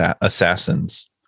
assassins